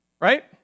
Right